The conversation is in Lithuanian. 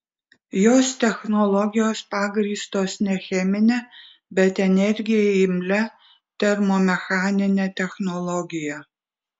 jos technologijos pagrįstos ne chemine bet energijai imlia termomechanine technologija